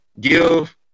give